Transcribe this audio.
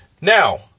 Now